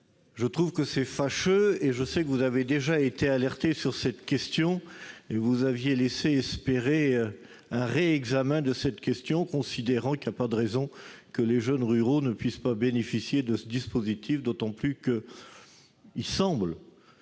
Je trouve cela fâcheux. Je sais que vous avez déjà été alertée sur ce sujet et que vous avez laissé espérer un réexamen de cette question, considérant qu'il n'y avait pas de raison que les jeunes ruraux ne puissent pas bénéficier de ce dispositif, d'autant qu'il semble